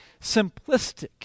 simplistic